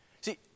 See